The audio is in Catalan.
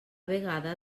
vegada